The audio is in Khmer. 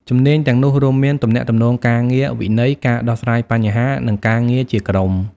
ជំនាញទាំងនោះរួមមាន ទំនាក់ទំនងការងារ វិន័យ ការដោះស្រាយបញ្ហា និងការងារជាក្រុម។